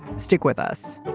stick with us